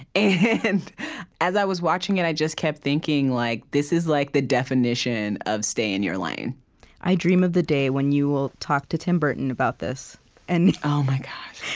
and as i was watching it, i just kept thinking, like this is like the definition of stay in your lane i dream of the day when you will talk to tim burton about this and oh, my gosh,